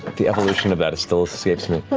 the evolution of that still escapes me. but